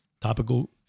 topical